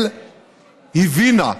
ישראל הבינה,